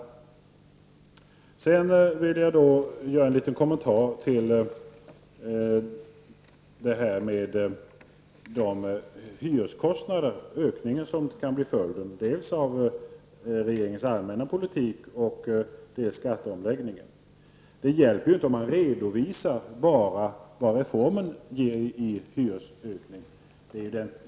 Jag vill göra en liten kommentar till frågan om ökningen av hyreskostnaderna, som kan bli en följd dels av regeringens allmänna politik, dels av skatteomläggningen. Det hjälper inte om man bara redovisar vad reformen ger i hyresökning.